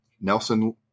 Nelson